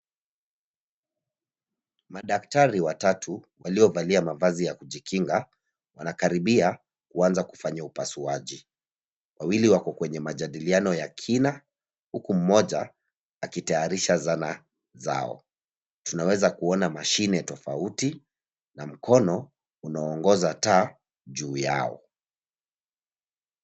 Madaktari watatu waliovalia mavazi ya kujikinga wanakaribia kuanza kufanya upasuaji. Wawili wako kwenye majadilianao ya kina, huku mmoja akitayarisha zana zao. Tunaweza kuona mashine tofauti na mkono unaoongoza taa juu yao.